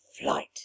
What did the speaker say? flight